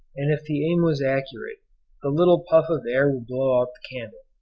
and if the aim was accurate the little puff of air would blow out the candle.